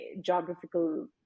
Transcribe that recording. geographical